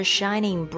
Shining